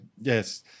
yes